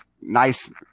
nice